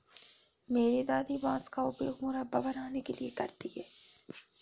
मेरी दादी बांस का उपयोग मुरब्बा बनाने के लिए करती हैं